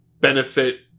benefit